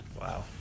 Wow